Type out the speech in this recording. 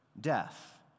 death